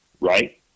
right